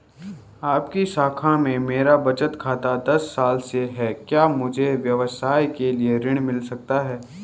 आपकी शाखा में मेरा बचत खाता दस साल से है क्या मुझे व्यवसाय के लिए ऋण मिल सकता है?